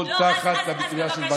תחת המטרייה של,